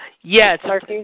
Yes